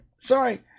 Sorry